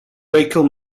rachel